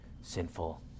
sinful